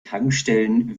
tankstellen